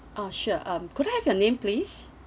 ah sure um could I have your name please